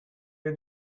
wir